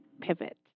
pivot